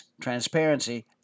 transparency